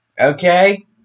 okay